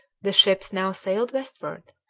the ships now sailed westward,